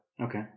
okay